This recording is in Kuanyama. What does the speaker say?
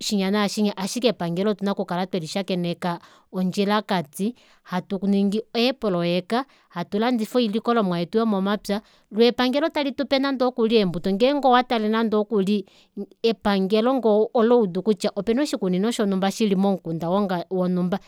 shinya naashinya ashike epangelo otuna oku kala twelishakeneka ondjlakati hatuningi eeprojeka hatu landifa oilikolomwa yomomapya loo epangelo talitupe nande eembuto ngeenge owatale nande okuli epangelo ngee ola udu kutya opena oshikunino shonumba shili momukunda wonga wonumba